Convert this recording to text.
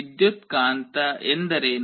ವಿದ್ಯುತ್ಕಾಂತ ಎಂದರೇನು